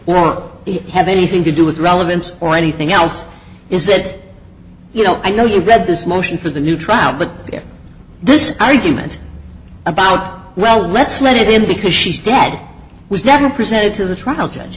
or have anything to do with relevance or anything else is that you know i know you read this motion for the new trial but this argument about well let's let it in because she's dad was never presented to the trial judge